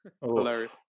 Hilarious